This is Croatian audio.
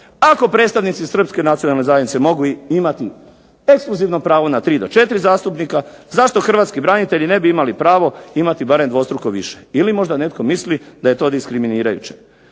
Ako predstavnici Srpske nacionalne zajednice mogu imati ekskluzivno pravo na 3 do 4 zastupnika zašto hrvatski branitelji ne bi imali pravo imati barem dvostruko više. Ili možda netko misli da je to diskriminirajuće.